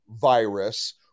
virus